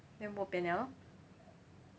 then bopian liao lor